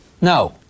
No